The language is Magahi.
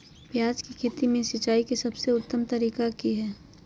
प्याज के खेती में सिंचाई के सबसे उत्तम तरीका की है?